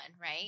right